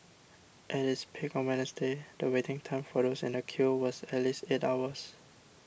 at its peak on Wednesday the waiting time for those in the queue was at least eight hours